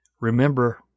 remember